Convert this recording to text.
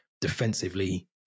defensively